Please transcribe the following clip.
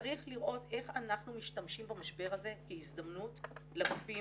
צריך לראות איך אנחנו משתמשים במשבר הזה כהזדמנות לגופים